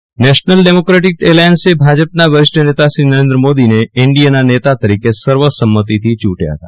ના નેતા national democratic એલાયન્સે ભાજપના વરિષ્ઠ નેતા નરેન્દ્ર મોદીને એનડીએના નેતા તરીકે સર્વસંમતથી ચૂંટયા છે